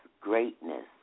greatness